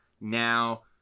Now